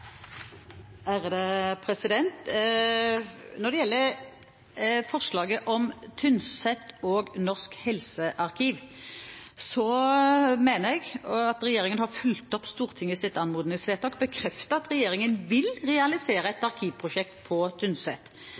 Når det gjelder forslaget om Tynset og Norsk helsearkiv, mener jeg at regjeringen har fulgt opp Stortingets anmodningsvedtak og bekreftet at regjeringen vil realisere et arkivprosjekt på